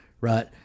right